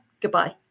Goodbye